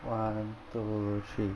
one two three